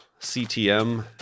CTM